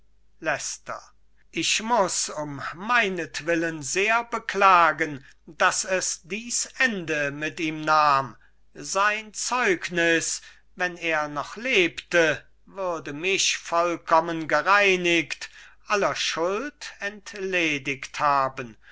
ich muß um meinetwillen sehr beklagen daß es dies ende mit ihm nahm sein zeugnis wenn er noch lebte würde mich vollkommen gereinigt aller schuld entledigt haben